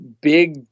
big